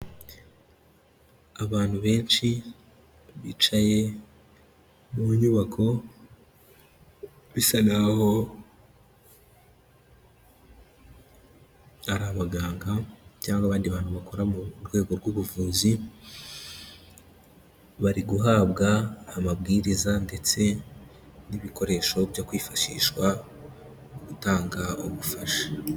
Abantu benshi bicaye mu nyubako bisa naho ari abaganga cyangwa abandi bantu bakora mu rwego rw'ubuvuzi, bari guhabwa amabwiriza ndetse n'ibikoresho byo kwifashishwa mu gutanga ubufasha.